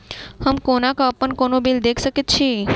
हम कोना कऽ अप्पन कोनो बिल देख सकैत छी?